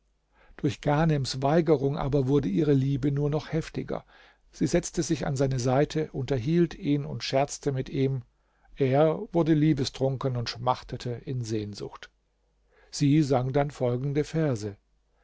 durch ghanems weigerung aber wurde ihre liebe nur noch heftiger sie setzte sich an seine seite unterhielt ihn und scherzte mit ihm er wurde liebestrunken und schmachtete in sehnsucht sie sang dann folgende verse